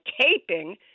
taping